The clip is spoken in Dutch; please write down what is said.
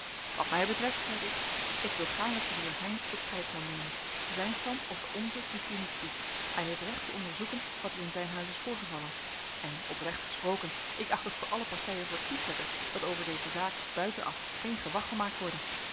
wat mij betreft zeide ik ik wil gaarne sinjeur heynsz tot scheidsman nemen zijn stand of de onze doet hier niets toe hij heeft recht te onderzoeken wat er in zijn huis is voorgevallen en oprecht gesproken ik acht het voor alle partijen verkieslijker dat over deze zaak buiten af geen gewag gemaakt worde